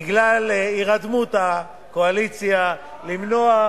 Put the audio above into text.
בגלל הירדמות הקואליציה, לא,